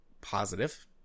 positive